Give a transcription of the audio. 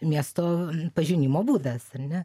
miesto pažinimo būdas ar ne